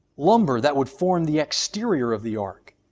lumber that would form the exterior of the ark,